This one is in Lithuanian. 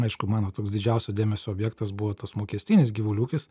aišku mano toks didžiausio dėmesio objektas buvo tas mokestinis gyvulių ūkis